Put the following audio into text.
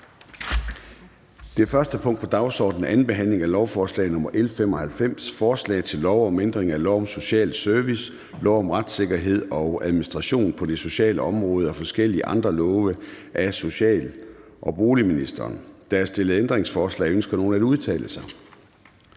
Det første punkt på dagsordenen er: 1) 2. behandling af lovforslag nr. L 95: Forslag til lov om ændring af lov om social service, lov om retssikkerhed og administration på det sociale område og forskellige andre love. (Den nationale sikkerhedskonsulentordning og